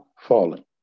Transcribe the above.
falling